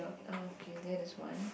okay that is one